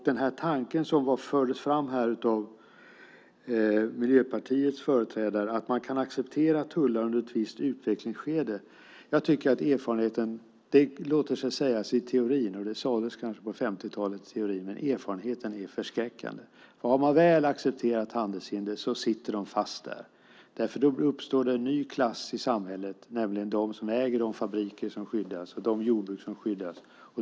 Den tanke som fördes fram av Miljöpartiets företrädare att man kan acceptera tullar i ett visst utvecklingsskede låter sig sägas i teorin, och det sades kanske på 1950-talet, men erfarenheten är förskräckande. Har man väl accepterat handelshinder sitter de fast där. Då uppstår en ny klass i samhället, nämligen de som äger de fabriker och jordbruk som skyddas.